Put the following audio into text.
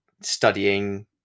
studying